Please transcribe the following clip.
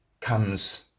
comes